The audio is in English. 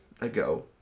ago